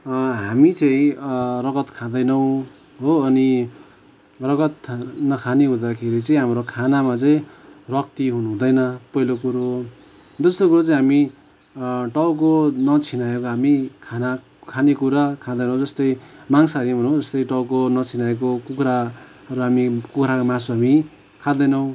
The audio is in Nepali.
हामी चाहिँ रगत खाँदैनौँ हो अनि रगत नखाने हुँदाखेरि चाहिँ हाम्रो खानामा चाहिँ रक्ति हुनु हुँदैन पहिलो कुरो दोस्रो कुरा चाहिँ हामी टाउको नछिनाएको हामी खाना खानेकुरा खाँदैनौँ जस्तै माङ्सहारी भनौँ जस्तै टाउको नछिनाएको कुखुरा र कुखुराको मासु हामी खाँदैनौँ